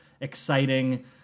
exciting